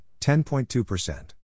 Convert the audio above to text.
10.2%